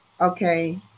Okay